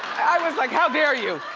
i was like, how dare you?